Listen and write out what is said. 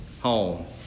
home